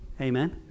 Amen